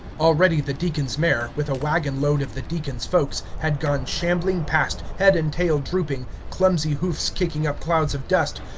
already the deacon's mare, with a wagon-load of the deacon's folks, had gone shambling past, head and tail drooping, clumsy hoofs kicking up clouds of dust,